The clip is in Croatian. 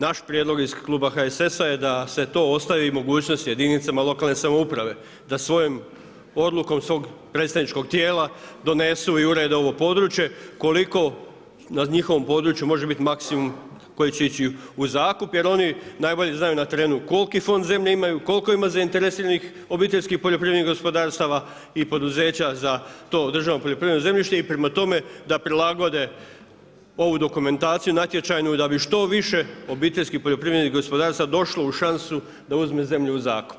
Naš prijedlog iz Kluba HSS-a da se to ostavi mogućnost jedinicama lokalne samouprave, da svojom odlukom svog predstavničkog tijela donesu i urede ovo područje koliko na njihovom području može biti maksimum koji će ići u zakup jer oni najbolje znaju na terenu koliki fond zemlje imaju, koliko ima zainteresiranih obiteljskih poljoprivrednih gospodarstava i poduzeća za to državno poljoprivredno zemljište i prema tome da prilagode ovu dokumentaciju natječajnu da bi što više obiteljskih poljoprivrednih gospodarstava došlo u šansu da uzme zemlju u zakup.